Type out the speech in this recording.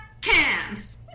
cams